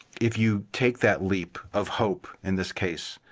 if you take that leap of hope in this case.